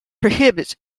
prohibits